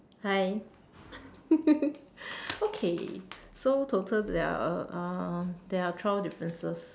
hi okay so total there are a uh there are twelve differences